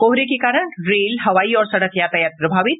कोहरे के कारण रेल हवाई और सड़क यातायात प्रभावित